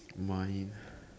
mine